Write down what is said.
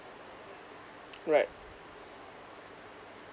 right